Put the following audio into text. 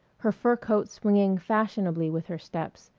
her fur coat swinging fashionably with her steps,